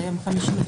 נגד,